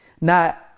Now